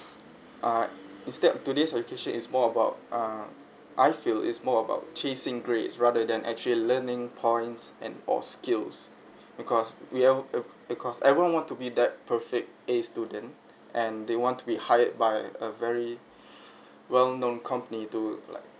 ah instead of today's education is more about uh I feel is more about chasing grades rather than actual learning points and or skills because we'll l~ because everyone want to be that perfect a student and they want to be hired by a very well known company to like